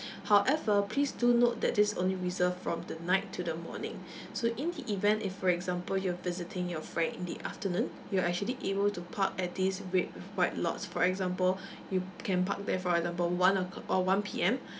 however please do note that this only reserve from the night to the morning so in the event if for example you're visiting your friend in the afternoon you're actually able to park at these red with white lots for example you can park there for example one o'clock or one P_M